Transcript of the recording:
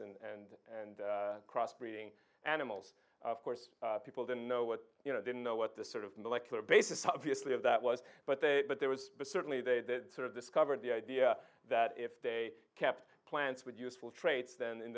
and and cross breeding animals of course people didn't know what you know didn't know what the sort of molecular basis obviously of that was but they but there was certainly they that sort of discovered the idea that if they kept plants with useful traits then in